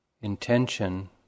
intention